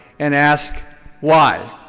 and ask why.